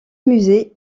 musée